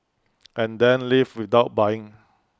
and then leave without buying